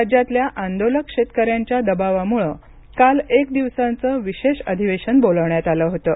राज्यातल्या आंदोलक शेतकऱ्यांच्या दबावामुळे काल एक दिवसाचं विशेष अधिवेशन बोलवण्यात आलं होतं